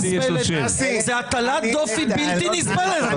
זאת הטלת דופי בלתי נסבלת.